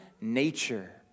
nature